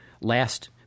last